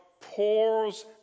pours